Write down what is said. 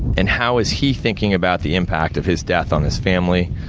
and how is he thinking about the impact of his death on his family,